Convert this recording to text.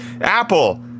Apple